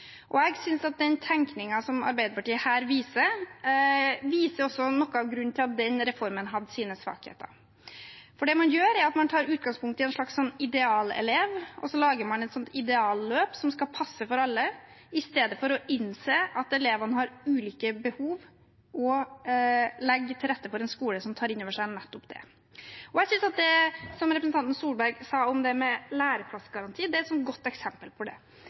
Jeg synes den tenkningen som Arbeiderpartiet her viser, viser noe av grunnen til at den reformen hadde sine svakheter. Det man gjør, er at man tar utgangspunkt i en slags idealelev, og så lager man et idealløp som skal passe for alle, i stedet for å innse at elevene har ulike behov og så legge til rette for en skole som tar inn over seg nettopp det. Jeg synes det som representanten Tvedt Solberg sa om det med læreplassgaranti, er et godt eksempel på det.